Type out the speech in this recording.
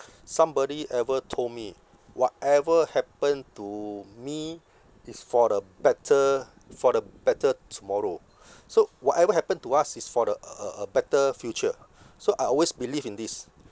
somebody ever told me whatever happen to me is for the better for the better tomorrow so whatever happen to us is for the a a a better future so I always believe in this